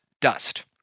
dust